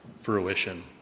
fruition